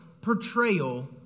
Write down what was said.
portrayal